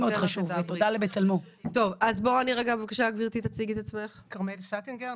שמי כרמל סטינגר,